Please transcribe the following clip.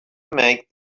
make